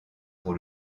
pour